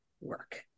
work